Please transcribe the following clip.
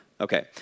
Okay